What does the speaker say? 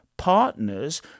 partners